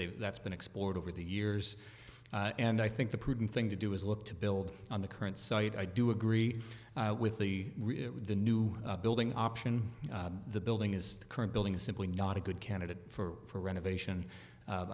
they've that's been explored over the years and i think the prudent thing to do is look to build on the current site i do agree with the the new building option the building is the current building is simply not a good candidate for renovation